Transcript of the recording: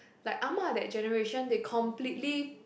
like Ah-Ma that generation they completely